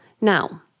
Now